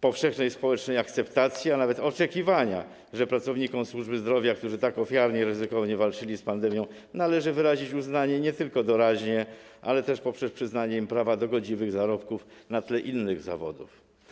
powszechnej społecznej akceptacji, a nawet oczekiwania, że pracownikom służby zdrowia, którzy tak ofiarnie i ryzykownie walczyli z pandemią, należy wyrazić uznanie nie tylko doraźnie, ale też poprzez przyznanie im prawa do godziwych zarobków na tle innych zawodów?